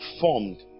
formed